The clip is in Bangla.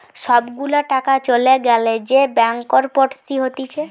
সব গুলা টাকা চলে গ্যালে যে ব্যাংকরপটসি হতিছে